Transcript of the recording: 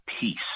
Peace